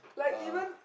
uh